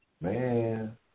man